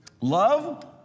love